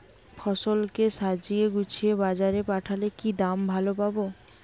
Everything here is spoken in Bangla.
ফসল কে সাজিয়ে গুছিয়ে বাজারে পাঠালে কি দাম ভালো পাব?